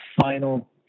final